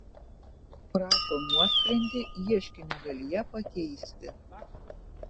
prašo nuosprendį ieškinio dalyje pakeisti